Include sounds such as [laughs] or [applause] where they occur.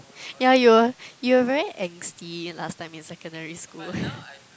yeah you were you were very angsty last time in secondary school [laughs]